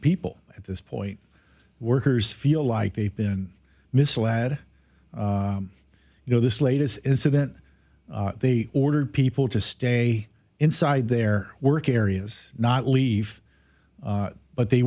people at this point workers feel like they've been misled you know this latest event they ordered people to stay inside their work areas not leave but they